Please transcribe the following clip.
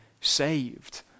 saved